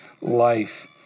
life